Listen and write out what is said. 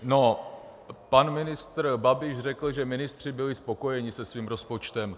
No, pan ministr Babiš řekl, že ministři byli spokojeni se svým rozpočtem.